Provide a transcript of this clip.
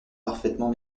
parfaitement